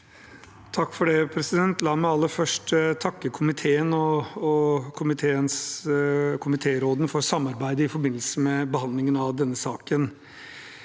for sa- ken): La meg aller først takke komiteen og komiteråden for samarbeidet i forbindelse med behandlingen av denne saken.